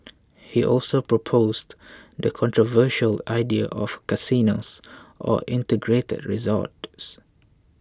he also proposed the controversial idea of casinos or integrated resorts